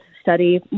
study